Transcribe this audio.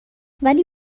ولی